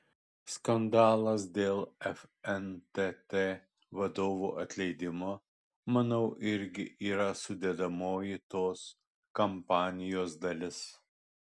skandalas dėl fntt vadovų atleidimo manau irgi yra sudedamoji tos kampanijos dalis